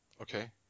Okay